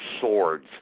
swords